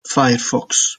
firefox